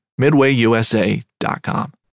MidwayUSA.com